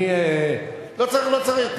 אני, לא צריך, לא צריך.